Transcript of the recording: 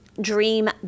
dream